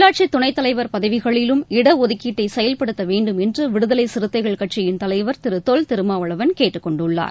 உள்ளாட்சித் துனைத்தலைவர் பதவிகளிலும் இடஒதுக்கீட்டை செயல்படுத்த வேண்டும் என்று விடுதலை சிறுத்தைகள் கட்சியின் தலைவர் திரு தொல் திருமாவளவன் கேட்டுக்கொண்டுள்ளார்